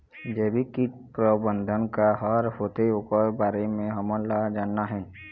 जैविक कीट प्रबंधन का हर होथे ओकर बारे मे हमन ला जानना हे?